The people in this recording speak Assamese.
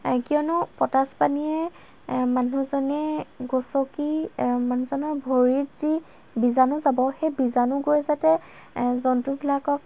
কিয়নো পটাচ পানীয়ে মানুহজনে গছকি মানুহজনৰ ভৰিত যি বীজাণু যাব সেই বীজাণু গৈ যাতে জন্তুবিলাকক